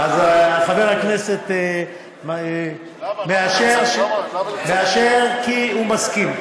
חבר הכנסת אשר מאשר כי הוא מסכים.